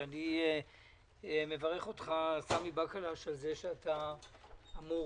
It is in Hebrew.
אני מברך אותך סמי בקלש על זה שאתה אמור